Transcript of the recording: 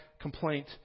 complaint